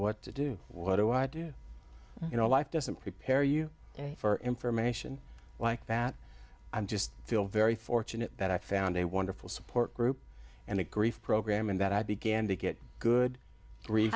what to do what do i do you know life doesn't prepare you for information like that i'm just feel very fortunate that i found a wonderful support group and a grief program and that i began to get a good